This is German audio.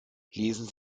lesen